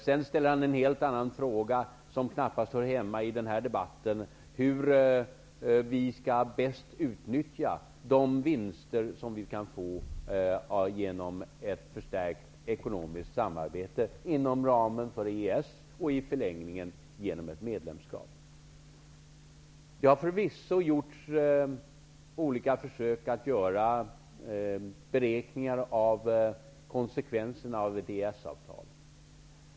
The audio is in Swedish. Sedan ställer Bengt Hurtig en helt annan fråga som knappast hör hemma i den här debatten, nämligen hur vi bäst skall utnyttja de vinster som vi kan få genom ett förstärkt ekonomiskt samarbete inom ramen för EES och i förlängningen genom ett medlemskap. Det har förvisso gjorts olika försök att göra beräkningar av konsekvenserna av ett EES-avtal.